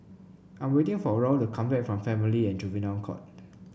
I am waiting for Raul to come back from Family and Juvenile Court